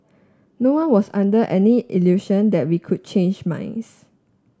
no one was under any illusion that we could change minds